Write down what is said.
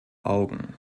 augen